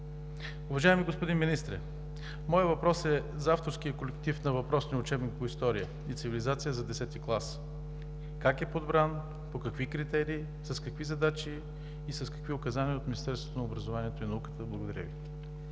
Уважаеми господин Министре, моят въпрос е за авторския колектив на въпросния учебник по „История и цивилизация“ за 10 клас: как е подбран, по какви критерии, с какви задачи и с какви указания от Министерството на образованието и науката? Благодаря Ви.